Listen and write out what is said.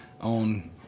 on